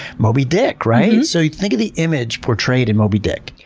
moby dick. right? so think of the image portrayed in moby dick.